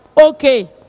okay